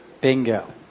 bingo